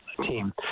team